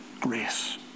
grace